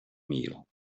meal